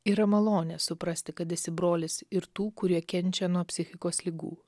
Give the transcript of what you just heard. yra malonė suprasti kad esi brolis ir tų kurie kenčia nuo psichikos ligų